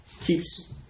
keeps